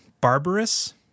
barbarous